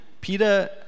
Peter